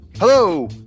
Hello